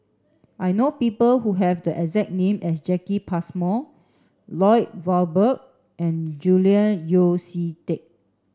I know people who have the exact name as Jacki Passmore Lloyd Valberg and Julian Yeo See Teck